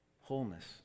Wholeness